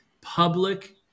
public